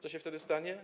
Co się wtedy stanie?